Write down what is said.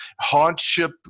hardship